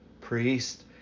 priest